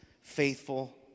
faithful